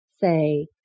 say